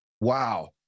Wow